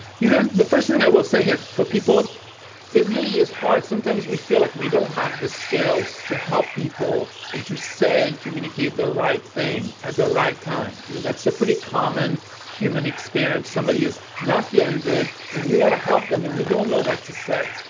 you know, the first thing i will say here for people it really is hard, sometimes we feel like we don't have the skills to help people and to say and communicate the right thing, at the right time, you know. that's a pretty common human experience somebody is not feeling good and we wanna help them and we don't know what to say.